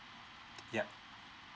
yup